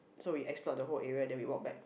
so we explore the whole area then we walk back